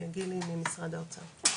הנה, גילי ממשרד האוצר.